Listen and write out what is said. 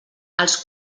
els